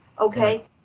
okay